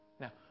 Now